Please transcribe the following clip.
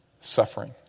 suffering